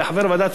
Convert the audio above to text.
בנושא אירן,